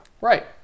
Right